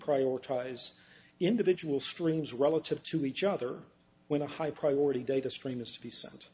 prioritize individual streams relative to each other when a high priority